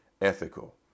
ethical